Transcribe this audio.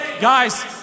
Guys